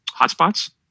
hotspots